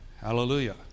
Hallelujah